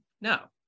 no